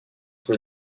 were